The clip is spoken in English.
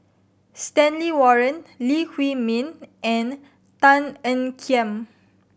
Stanley Warren Lee Huei Min and Tan Ean Kiam